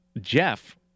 Jeff